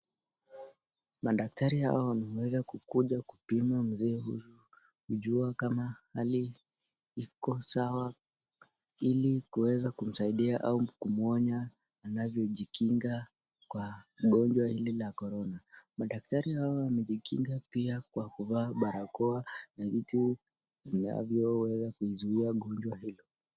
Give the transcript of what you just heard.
Madaktari hawa wameweza kukuja kupima mzee huyu kujua kama hali iko sawa ili kuweza kumsaidia au kumonya anavyo jikinga kwa gonjwa hili la Corona. Madaktari hawa wame jikinga pia kwa kuvaa barakoa na vitu vinavyo weza kuzuia gonjwa hilo.